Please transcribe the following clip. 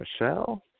Michelle